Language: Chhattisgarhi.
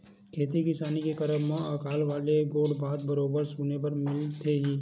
खेती किसानी के करब म अकाल वाले गोठ बात ह बरोबर सुने बर मिलथे ही